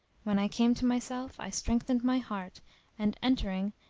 when i came to myself i strengthened my heart and, entering,